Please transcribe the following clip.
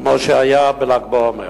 כמו שהיה בל"ג בעומר.